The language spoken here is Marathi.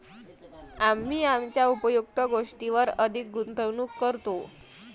आम्ही आमच्या उपयुक्त गोष्टींवर अधिक गुंतवणूक करतो